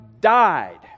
died